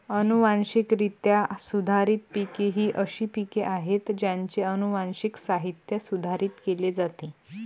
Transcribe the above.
अनुवांशिकरित्या सुधारित पिके ही अशी पिके आहेत ज्यांचे अनुवांशिक साहित्य सुधारित केले जाते